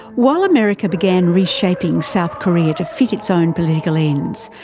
while america began reshaping south korea to fit its own political ends,